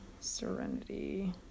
serenity